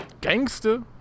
Gangster